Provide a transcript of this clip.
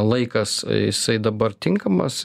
laikas jisai dabar tinkamas